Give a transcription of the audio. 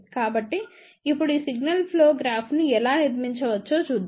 కాబట్టి ఇప్పుడు ఈ సిగ్నల్ ఫ్లో గ్రాఫ్ను ఎలా నిర్మించవచ్చో చూద్దాం